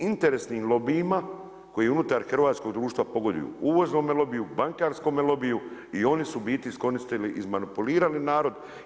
Tim interesnim lobijima koji unutar hrvatskog društva pogoduju uvoznom lobiju, bankarskom lobiju i oni su u biti iskoristili i izmanipulirali narod.